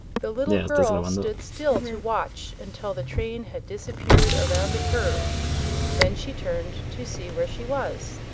the little girl stood still to watch until the train had disappeared around a curve then she turned to see where she was.